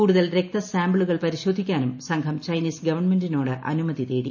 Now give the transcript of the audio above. കൂടുതൽ രക്തസാമ്പിളുകൾ പരിശോധിക്കാനും സംഘം ചൈനീസ് ഗവൺമെന്റിനോട് അനുമതി തേടി